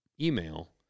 email